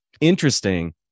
interesting